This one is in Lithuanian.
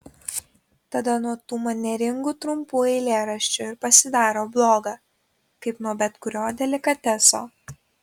tada nuo tų manieringų trumpų eilėraščių ir pasidaro bloga kaip nuo bet kurio delikateso